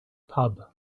pub